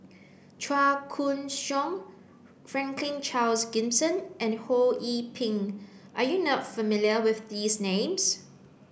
Chua Koon Siong Franklin Charles Gimson and Ho Yee Ping are you not familiar with these names